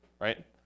right